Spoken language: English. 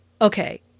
Okay